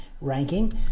ranking